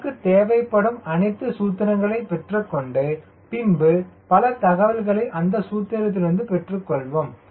நமக்கு தேவைப்படும் அனைத்து சூத்திரங்களை பெற்றுக்கொண்டு பின்பு பல தகவல்களை அந்த சூத்திரத்திலிருந்து பெற்றுக்கொள்வோம்